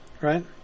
right